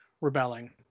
rebelling